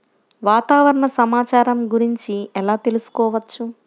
వాతావరణ సమాచారం గురించి ఎలా తెలుసుకోవచ్చు?